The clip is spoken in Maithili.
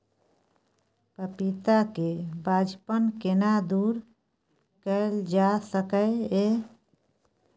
पपीता के बांझपन केना दूर कैल जा सकै ये?